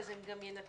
אז הן גם ינתרו,